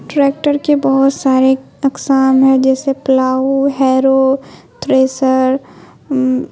tractor کے بہت سارے اقسام ہیں جیسے پلاؤ ہیرو تھریسر